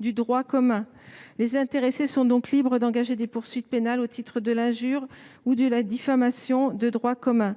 du droit commun. Les intéressés sont donc libres d'engager des poursuites pénales au titre de l'injure ou de la diffamation de droit commun.